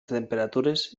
temperatures